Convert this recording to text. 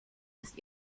ist